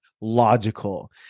logical